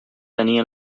tenia